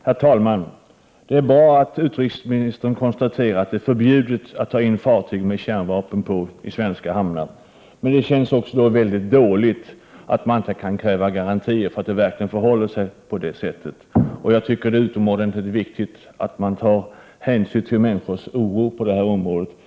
Herr talman! Det är bra att utrikesministern konstaterar att det är förbjudet att ta in fartyg med kärnvapen ombord i svenska hamnar, men det känns också väldigt dåligt att man inte kan kräva garantier för att det verkligen förhåller sig på det sättet. Jag tycker det är utomordentligt viktigt att ta hänsyn till människors oro på 119 detta område.